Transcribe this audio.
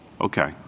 Okay